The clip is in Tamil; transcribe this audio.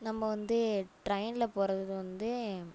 நம்ம வந்து ட்ரெயினில் போகிறது வந்து